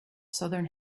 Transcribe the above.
southern